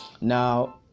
Now